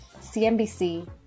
CNBC